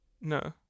No